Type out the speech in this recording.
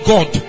God